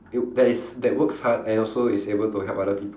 that is that works hard and also is able to help other people